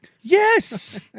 Yes